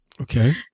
Okay